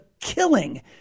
killing